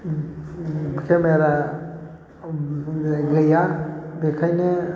camera गैया बेखायनो